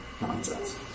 nonsense